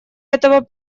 этого